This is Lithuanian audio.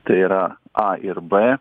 tai yra a ir b